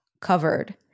covered